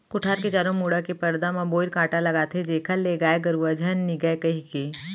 कोठार के चारों मुड़ा के परदा म बोइर कांटा लगाथें जेखर ले गाय गरुवा झन निगय कहिके